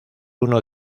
uno